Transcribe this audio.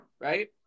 right